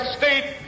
state